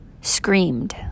Screamed